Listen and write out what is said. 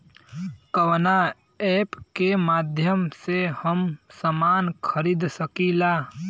कवना ऐपके माध्यम से हम समान खरीद सकीला?